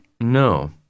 No